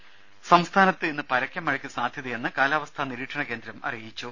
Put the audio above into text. രുര സംസ്ഥാനത്ത് ഇന്ന് പരക്കെ മഴയ്ക്ക് സാധ്യതയെന്ന് കാലാവസ്ഥാ നിരീക്ഷണകേന്ദ്രം അറിയിച്ചു